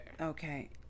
Okay